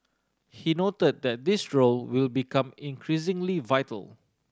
he noted that this role will become increasingly vital